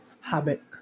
habit